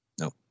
No